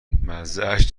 مزهاش